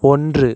ஒன்று